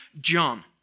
John